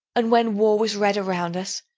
and when war was red around us,